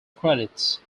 credits